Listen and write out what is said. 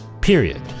period